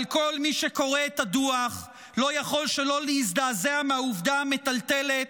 אבל כל מי שקורא את הדוח לא יכול שלא להזדעזע מהעובדה המטלטלת